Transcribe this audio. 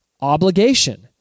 obligation